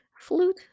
Flute